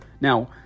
Now